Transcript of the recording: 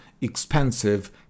expensive